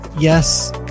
Yes